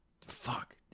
fuck